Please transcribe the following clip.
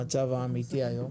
האמיתי היום.